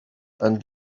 and